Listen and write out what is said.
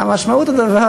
משמעות הדבר,